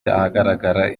ahagaragara